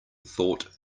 thought